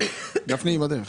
הישיבה ננעלה